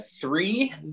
three